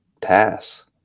pass